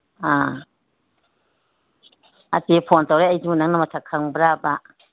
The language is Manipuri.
ꯑꯥ ꯅꯠꯇꯦ ꯐꯣꯟ ꯇꯧꯔꯛꯏ ꯑꯩꯁꯤꯕꯨ ꯅꯪꯅ ꯃꯁꯛ ꯈꯪꯕ꯭ꯔꯕ